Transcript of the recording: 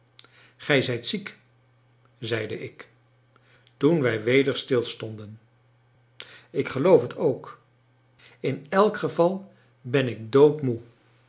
gij zijt ziek zeide ik toen wij weder stilstonden ik geloof het ook in elk geval ben ik doodmoe